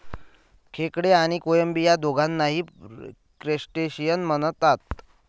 खेकडे आणि कोळंबी या दोघांनाही क्रस्टेशियन म्हणतात